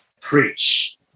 Preach